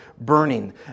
burning